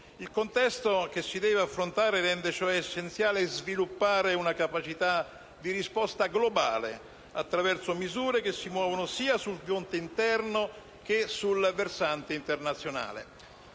Il contesto che si deve affrontare rende cioè essenziale sviluppare una capacità di risposta globale attraverso misure che si muovono sul versante sia interno, sia internazionale.